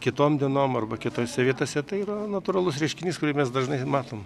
kitom dienom arba kitose vietose tai yra natūralus reiškinys kurį mes dažnai matom